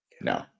no